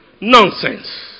Nonsense